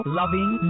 loving